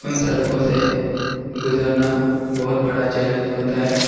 ان سڑکوں سے گزرنا بہت بڑا چیلنج ہوتا ہے